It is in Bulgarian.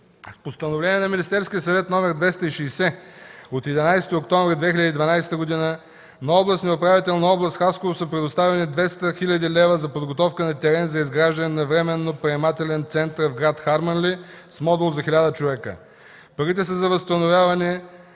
С Постановление на Министерския съвет № 260 от 11 октомври 2012 г. на областния управител на област Хасково са предоставени 200 хил. лв. за подготовка на терен за изграждане на временен приемателен център в гр. Харманли с модул за 1000 човека. Парите са за възстановяване